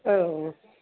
औ